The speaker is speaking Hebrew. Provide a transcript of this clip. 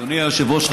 אדוני היושב-ראש,